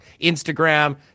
Instagram